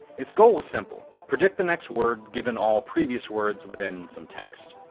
its goal was simple predict the next word, given all previous words within some text.